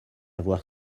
avoir